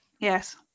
Yes